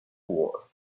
war